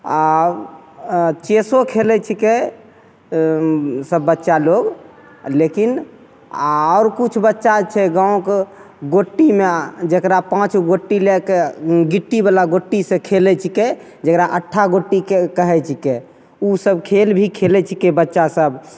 आओर चेसो खेलय छीकै सब बच्चा लोग लेकिन आओर किछो बच्चा छै गाँवके गोटी ना जकरा पाँच गो गोटी लएके गिट्टीवला गोटीसँ खेलय छीकै जकरा अट्ठा गोटी कहय छीकै उसब खेल भी खेलय छीकै बच्चा सब